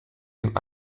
dem